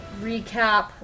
recap